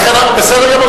בסדר גמור,